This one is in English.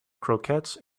croquettes